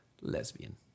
lesbian